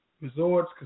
Resorts